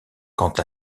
quant